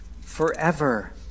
forever